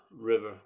river